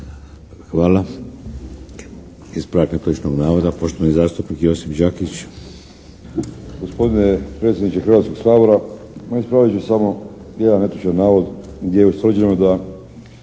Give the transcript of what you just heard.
Hvala. Ispravak netočnog navoda, poštovani zastupnik Josip Đakić.